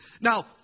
Now